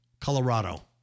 Colorado